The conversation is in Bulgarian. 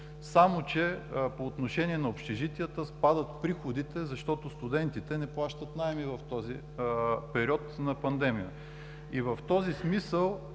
само че по отношение на общежитията спадът е в приходите, защото студентите не плащат наеми в този период на пандемия и в този смисъл